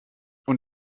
und